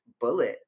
bullet